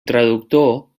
traductor